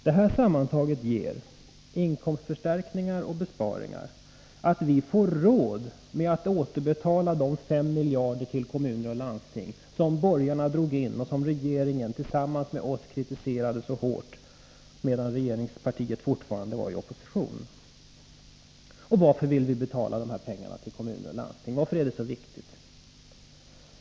Detta sammantaget — inkomstförstärkningar och besparingar — gör att vi får råd att återbetala de 5 miljarder till kommuner och landsting som borgarna drog in och som regeringen tillsammans med oss kritiserade mycket hårt — medan regeringspartiet fortfarande var i opposition. Varför vill vi då betala dessa pengar till kommuner och landsting? Varför är det så viktigt?